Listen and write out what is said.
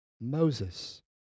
Moses